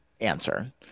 answer